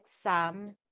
exam